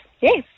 yes